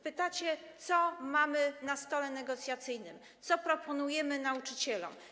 Pytacie, co mamy na stole negocjacyjnym, co proponujemy nauczycielom.